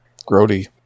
Grody